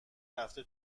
رفته